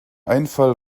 einfall